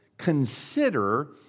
consider